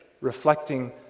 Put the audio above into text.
reflecting